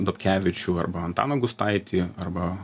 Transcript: dobkevičių arba antaną gustaitį arba